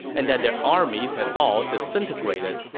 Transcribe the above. and that their armies had all disintegrated.